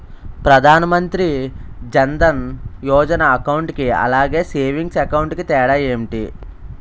Pradhan Mantri Jan Dhan Yojana account కి అలాగే savings account కి తేడా ఏంటి?